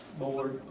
board